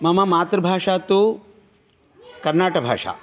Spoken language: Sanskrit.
मम मातृभाषा तु कर्नाटभाषा